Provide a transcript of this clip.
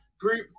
group